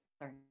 Sorry